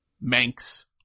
Manx